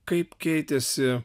kaip keitėsi